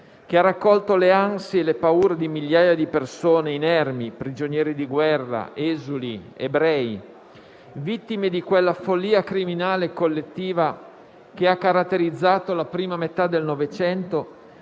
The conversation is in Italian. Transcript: che ha raccolto le ansie e le paure di migliaia di persone inermi, prigionieri di guerra, esuli ed ebrei, vittime di quella follia criminale collettiva, che ha caratterizzato la prima metà del Novecento,